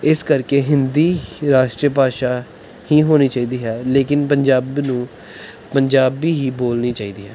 ਇਸ ਕਰਕੇ ਹਿੰਦੀ ਰਾਸ਼ਟਰੀ ਭਾਸ਼ਾ ਹੀ ਹੋਣੀ ਚਾਹੀਦੀ ਹੈ ਲੇਕਿਨ ਪੰਜਾਬ ਨੂੰ ਪੰਜਾਬੀ ਹੀ ਬੋਲਣੀ ਚਾਹੀਦੀ ਹੈ